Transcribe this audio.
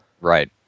Right